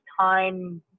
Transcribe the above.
time